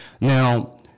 Now